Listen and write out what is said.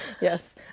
yes